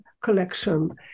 collection